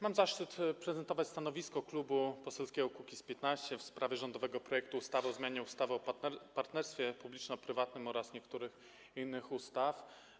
Mam zaszczyt zaprezentować stanowisko Klubu Poselskiego Kukiz’15 w sprawie rządowego projektu ustawy o zmianie ustawy o partnerstwie publiczno-prywatnym oraz niektórych innych ustaw.